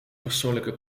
persoonlijke